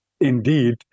indeed